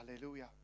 Hallelujah